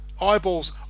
eyeballs